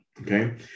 okay